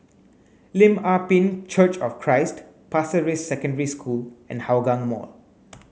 Lim Ah Pin Church of Christ Pasir Ris Secondary School and Hougang Mall